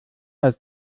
als